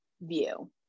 view